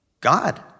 God